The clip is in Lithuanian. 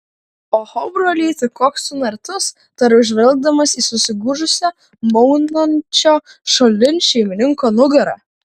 oho brolyti koks tu nartus tariau žvelgdamas į susigūžusią maunančio šalin šeimininko nugarą